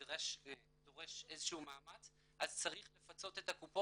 דורש איזשהו מאמץ אז צריך לפצות את הקופות,